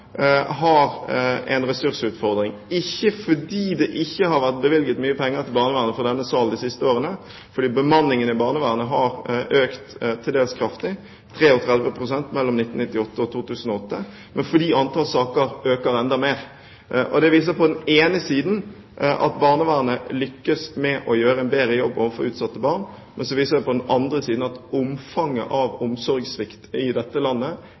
fra denne salen de siste årene – bemanningen i barnevernet har til dels økt kraftig, 33 pst. mellom 1998 og 2008 – men fordi antall saker øker enda mer. Det viser på den ene siden at barnevernet lykkes med å gjøre en bedre jobb overfor utsatte barn, mens det på den andre siden viser at omfanget av omsorgssvikt i dette landet